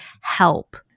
Help